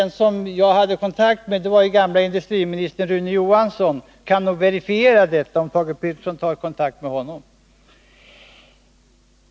Den som jag hade kontakt med var förre industriministern Rune Johansson och han kan nog verifiera detta, om Thage Peterson tar kontakt med honom.